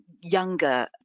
younger